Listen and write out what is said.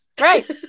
Right